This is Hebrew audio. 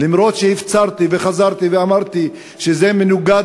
למרות שהפצרתי וחזרתי ואמרתי: זה מנוגד